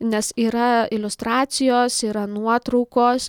nes yra iliustracijos yra nuotraukos